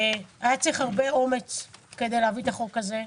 היה צריך הרבה אומץ כדי להביא את החוק הזה,